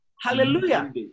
Hallelujah